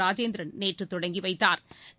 ராஜேந்திரன் நேற்று தொடங்கிவைத்தாா்